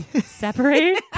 separate